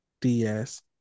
DS